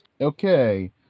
okay